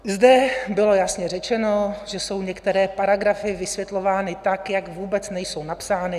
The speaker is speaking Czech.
Zde bylo jasně řečeno, že jsou některé paragrafy vysvětlovány tak, jak vůbec nejsou napsány.